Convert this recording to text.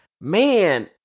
man